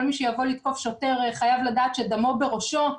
מי שיבוא לתקוף שוטר חייב לדעת שדמו בראשו,